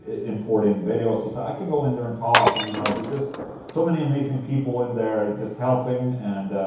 importing videos i can go in there and talk and you know, there's just so many amazing people in there, just helping and.